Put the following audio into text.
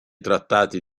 trattati